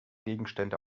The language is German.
gegenstände